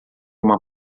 uma